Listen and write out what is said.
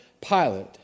Pilate